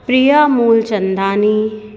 Priya Moolchandani